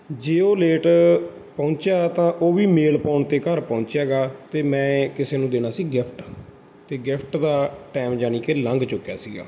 ਜੇ ਉਹ ਲੇਟ ਪਹੁੰਚਿਆ ਤਾਂ ਉਹ ਵੀ ਮੇਲ ਪਾਉਣ 'ਤੇ ਘਰ ਪਹੁੰਚਿਆ ਗਾ ਅਤੇ ਮੈਂ ਕਿਸੇ ਨੂੰ ਦੇਣਾ ਸੀ ਗਿਫਟ ਅਤੇ ਗਿਫਟ ਦਾ ਟਾਈਮ ਜਾਣੀ ਕਿ ਲੰਘ ਚੁੱਕਿਆ ਸੀਗਾ